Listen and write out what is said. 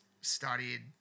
studied